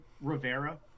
Rivera